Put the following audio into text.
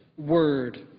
word,